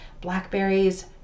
blackberries